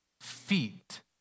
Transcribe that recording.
feet